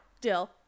Dill